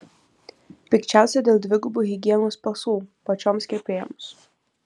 pikčiausia dėl dvigubų higienos pasų pačioms kirpėjoms